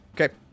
Okay